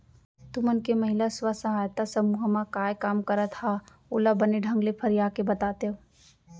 तुमन के महिला स्व सहायता समूह म काय काम करत हा ओला बने ढंग ले फरिया के बतातेव?